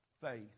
faith